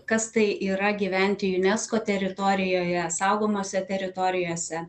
kas tai yra gyventi unesco teritorijoje saugomose teritorijose